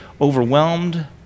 overwhelmed